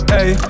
Hey